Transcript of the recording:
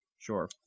Sure